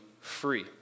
free